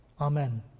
Amen